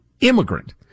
immigrant